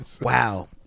Wow